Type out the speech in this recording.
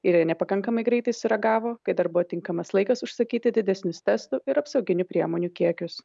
ir jie nepakankamai greitai sureagavo kai dar buvo tinkamas laikas užsakyti didesnius testų ir apsauginių priemonių kiekius